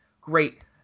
Great